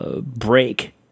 break